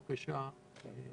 משפחה שכולה, בבקשה.